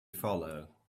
follow